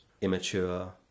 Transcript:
immature